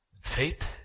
Faith